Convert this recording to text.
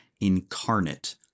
incarnate